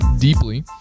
deeply